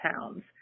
pounds